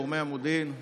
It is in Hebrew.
גורמי המודיעין וכו'?